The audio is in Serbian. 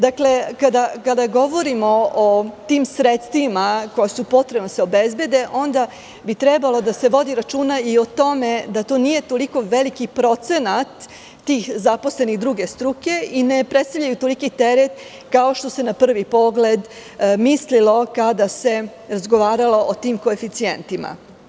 Dakle, kada govorimo o tim sredstvima koja su potrebna da se obezbede, onda bi trebalo da se vodi računa i o tome da to nije toliko veliki procenat tih zaposlenih druge struke i ne predstavljaju toliki teret kao što se na prvi pogled mislilo kada se razgovaralo o tim koeficijentima.